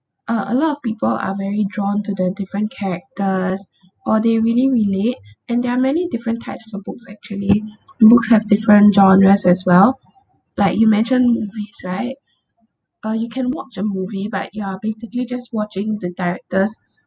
uh a lot of people are very drawn to the different characters or they really relate and there are many different types of books actually books have different genres as well like you mentioned movies right uh you can watch a movie but you are basically just watching the director's